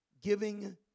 giving